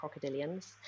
crocodilians